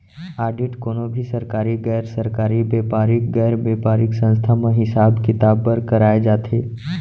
audit कोनो भी सरकारी, गैर सरकारी, बेपारिक, गैर बेपारिक संस्था म हिसाब किताब बर कराए जाथे